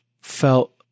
felt